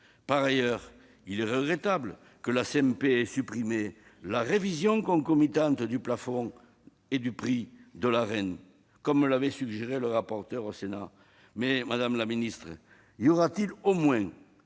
Par ailleurs, il est regrettable que la CMP ait supprimé la révision concomitante du plafond et du prix de l'Arenh proposée par le rapporteur au Sénat. Madame la ministre, y aura-t-il au moins